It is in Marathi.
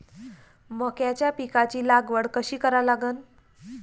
मक्याच्या पिकाची लागवड कशी करा लागन?